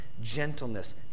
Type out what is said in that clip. gentleness